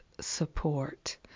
support